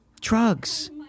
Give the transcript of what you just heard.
Drugs